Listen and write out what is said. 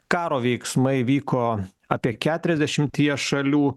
karo veiksmai vyko apie keturiasdešimtyje šalių